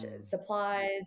supplies